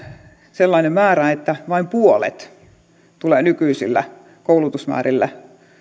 sellainen määrä että vain puolet viroista tulee nykyisillä koulutusmäärillä